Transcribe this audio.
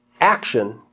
action